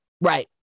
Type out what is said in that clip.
Right